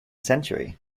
century